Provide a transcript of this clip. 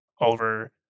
over